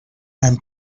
and